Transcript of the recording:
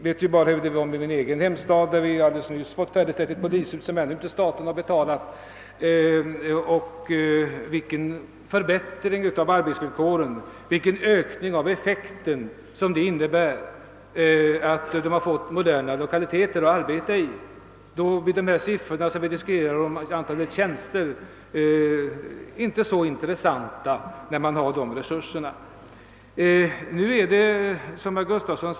Jag vet hur det är i min egen hemstad där vi alldeles nyss har fått ett polishus färdigt som staten ännu inte har betalat. Att polisen har fått moderna lokaler att arbeta i har inneburit stor förbättring för arbetsvillkoren och för effekten av arbetet. När man ser så dana resultat blir siffrorna beträffande antalet tjänster, som vi har diskuterat tidigare i dag, inte fullt så intressanta.